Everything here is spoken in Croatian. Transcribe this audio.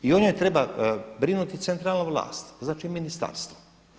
I o njoj treba brinuti centralna vlast, znači ministarstvo.